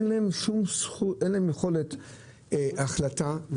אין להם יכולת החלטה,